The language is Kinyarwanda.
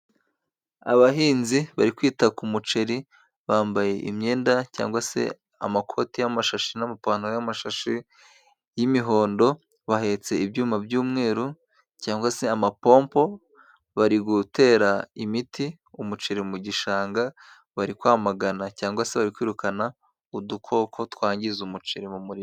Abahinzi bari kwita ku muceri, bambaye imyenda cyangwa se amakoti y'amashashi n'amapantaro y'amashashi y'imihondo. Bahetse ibyuma by'umweru cyangwa se amapompo bari gutera imiti umuceri mu gishanga. Bari kwamagana cyangwa se bari kwirukana udukoko twangiza umuceri mu murima.